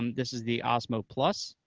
um this is the osmo plus,